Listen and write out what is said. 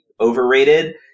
overrated